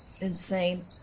Insane